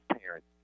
parents